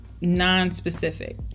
non-specific